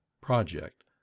project